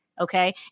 okay